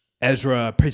Ezra